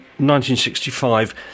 1965